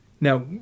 Now